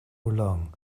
long